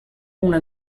una